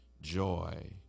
joy